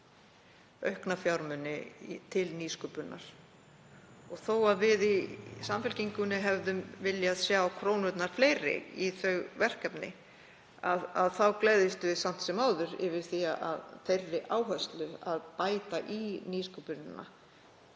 þó að við í Samfylkingunni hefðum viljað sjá krónurnar fleiri í þau verkefni þá gleðjumst við samt sem áður yfir þeirri áherslu að bæta í nýsköpunina.